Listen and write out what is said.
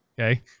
okay